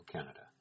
Canada